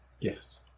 Yes